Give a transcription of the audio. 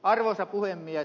arvoisa puhemies